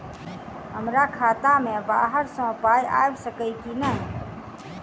हमरा खाता मे बाहर सऽ पाई आबि सकइय की नहि?